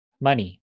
money